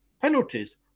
penalties